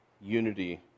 unity